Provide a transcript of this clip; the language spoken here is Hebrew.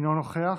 אינו נוכח,